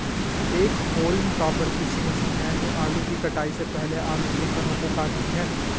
एक haulm topper कृषि machine है जो आलू की कटाई से पहले आलू के तनों को काटती है